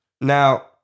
Now